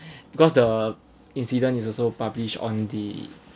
because the incident is also published on the